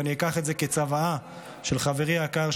ואני אקח את זה כצוואה של חברי היקר,